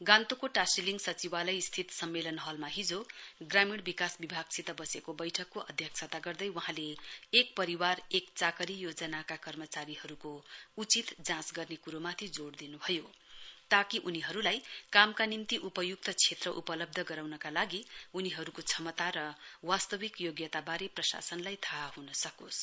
गान्तोकको टाशिलिङ सचिवालय स्थित सम्मेलन हलमा हिजो ग्रामीण विकास विभागसित वसेको वैठकको अध्यक्षता गर्दै वहाँले एक परिवार एक चाकरी योजनाका कर्मचारीहरुको उचित जाँच गर्ने कुरो माथि जोड़ दिनुभयो ताकि उनीहरुलाई कामका निम्ति उपयुक्त क्षेत्र उपलब्ध गराउनका निम्ति उनीहरुको क्षमता र वास्तविक योग्यतावारे प्रशासनलाई थाहा हुन सकोस्